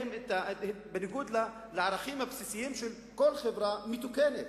בניגוד לערכים הבסיסיים של כל חברה מתוקנת.